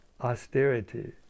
austerity